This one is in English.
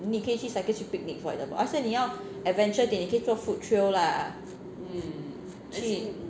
你可以去 cycling 去 picnic for example let's say 你要 adventure 一点你可以做 food trail lah